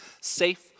Safe